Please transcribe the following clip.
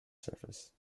surface